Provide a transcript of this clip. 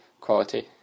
quality